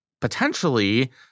potentially –